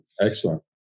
Excellent